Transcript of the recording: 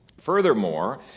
Furthermore